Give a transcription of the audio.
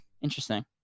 Interesting